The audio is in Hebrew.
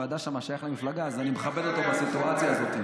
שם שייך למפלגה, אז אני מכבד אותו בסיטואציה הזאת.